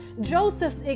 Joseph's